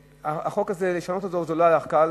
לא היה קל